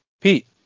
pete